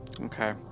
Okay